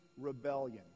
rebellion